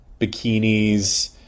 bikinis